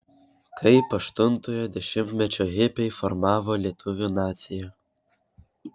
kaip aštuntojo dešimtmečio hipiai formavo lietuvių naciją